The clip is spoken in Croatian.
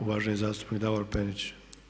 Uvaženi zastupnik Davor Penić.